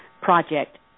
project